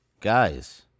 Guys